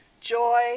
joy